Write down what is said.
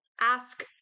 ask